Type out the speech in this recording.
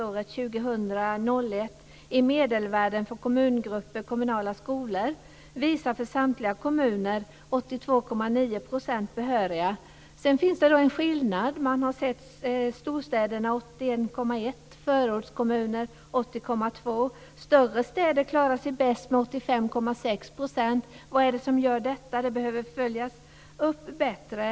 82,9 % behöriga. Men det finns en skillnad: storstäderna 81,1 %, förortskommuner 80,2 %. Större städer klarar sig bäst: 85,6 %. Vad är det som gör detta? Det behöver följas upp bättre.